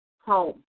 home